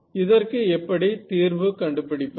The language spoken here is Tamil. இதற்கு எப்படி தீர்வு கண்டு பிடிப்பது